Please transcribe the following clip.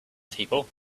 people